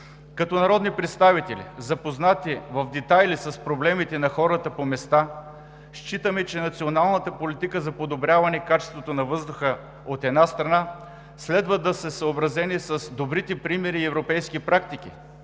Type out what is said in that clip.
Като народни представители, запознати в детайли с проблемите на хората по места, считаме, че националната политика за подобряване качеството на въздуха, от една страна, следва да е съобразена с добрите примери и европейски практики,